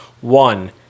One